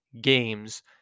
games